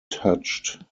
touched